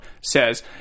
says